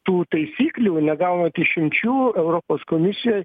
tų taisyklių negaunant išimčių europos komisija